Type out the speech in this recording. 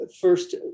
first